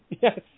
yes